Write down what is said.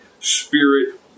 Spirit